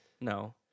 no